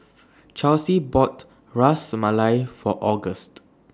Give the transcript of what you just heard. Charlsie bought Ras Malai For August